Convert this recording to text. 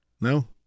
no